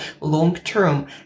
long-term